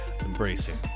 embracing